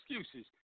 Excuses